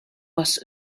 was